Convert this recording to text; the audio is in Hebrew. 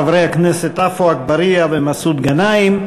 חברי הכנסת עפו אגבאריה ומסעוד גנאים,